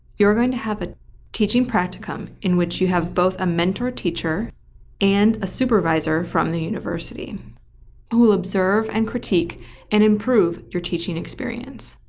you're going to have a teaching practicum in which you have both a mentor teacher and a supervisor from the university who will observe and critique and improve your teaching experience.